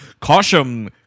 caution